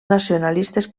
nacionalistes